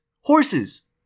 horses